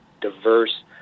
diverse